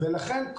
לכן,